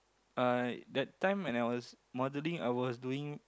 I that time when I was modelling I was doing